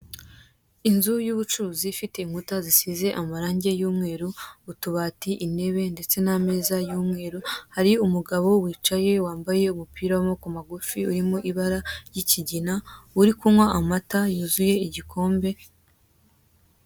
Inzu y'ubucuruzi ifite inkuta zisize amarangi y'umweru utubati, intebe ndetse n'ameza y'umweru hari umugabo wicaye wambaye umupira w'amaboko magufi urimo ibara ry'ikigina uri kunywa amata yuzuye igikombe.